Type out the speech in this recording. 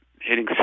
hitting